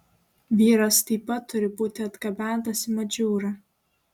vyras taip pat turi būti atgabentas į madžūrą